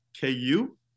KU